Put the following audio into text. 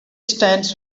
stands